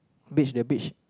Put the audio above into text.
reach the beach